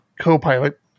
Copilot